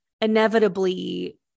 inevitably